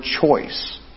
choice